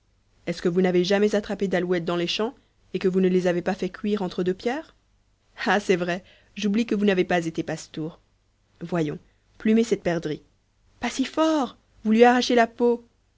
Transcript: est-ce que vous n'avez jamais attrapé d'alouettes dans les champs et que vous ne les avez pas fait cuire entre deux pierres ah c'est vrai j'oublie que vous n'avez pas été pastour voyons plumez cette perdrix pas si fort vous lui arrachez la peau